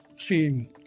seeing